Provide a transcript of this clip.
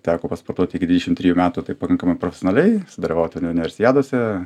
teko pasportuot iki dvidešim trijų metų tai pakankamai profesionaliai sudalyvaut uni universiadose